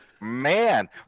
Man